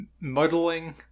muddling